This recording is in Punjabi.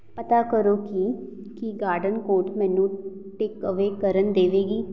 ਪਤਾ ਕਰੋ ਕਿ ਕੀ ਗਾਰਡਨ ਕੋਰਟ ਮੈਨੂੰ ਟਿਕ ਅਵੇ ਕਰਨ ਦੇਵੇਗੀ